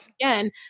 again